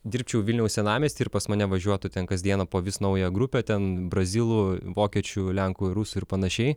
dirbčiau vilniaus senamiesty ir pas mane važiuotų ten kasdieną po vis naują grupę ten brazilų vokiečių lenkų rusų ir panašiai